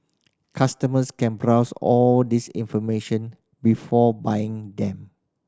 customers can browse all this information before buying them